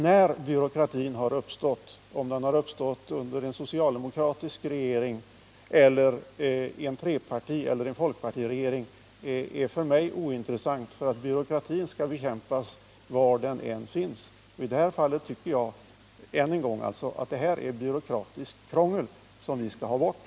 Om byråkratin har uppstått under en socialdemokratisk regering eller under en trepartieller en folkpartiregering är för mig ointressant, eftersom byråkratin skall bekämpas var den än uppträder. Jag vill än en gång säga att jag tycker att det här är ett byråkratiskt krångel som vi bör ta bort.